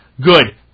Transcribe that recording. Good